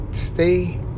stay